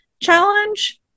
Challenge